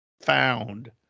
found